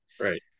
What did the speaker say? Right